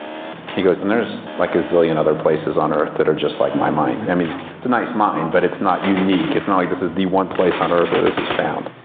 he goes and there's like a zillion other places on earth that are just like my mine. i mean it's a nice mine, but it's not unique, it's not like this is the one place on earth where this is found.